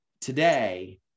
today